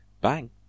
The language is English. bang